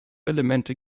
elemente